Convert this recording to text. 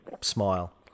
smile